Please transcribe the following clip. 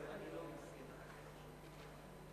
שטרית.